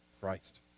Christ